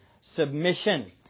submission